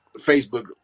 Facebook